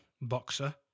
Boxer